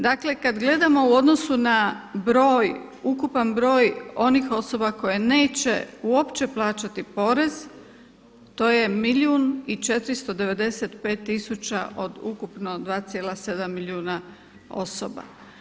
Dakle kada gledamo u odnosu na broj ukupan broj onih osoba koje neće uopće plaćati porez, to je milijun i 495 tisuća od ukupno 2,7 milijuna osoba.